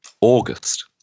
August